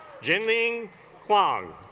jimang kwang